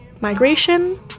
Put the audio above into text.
Migration